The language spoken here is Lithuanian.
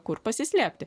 kur pasislėpti